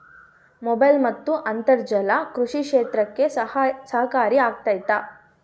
Mobile ಮತ್ತು ಅಂತರ್ಜಾಲ ಕೃಷಿ ಕ್ಷೇತ್ರಕ್ಕೆ ಸಹಕಾರಿ ಆಗ್ತೈತಾ?